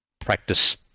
practice